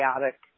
chaotic